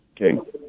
okay